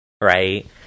right